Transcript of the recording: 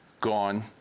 gone